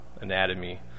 anatomy